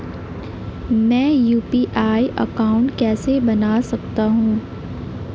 मैं UPI account कैसे बना सकता हूं?